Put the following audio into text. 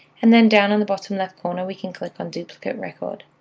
and then down in the bottom left corner, we can click on duplicate record.